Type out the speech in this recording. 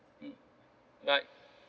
mm bye